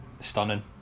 stunning